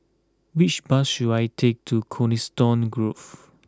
which bus should I take to Coniston Grove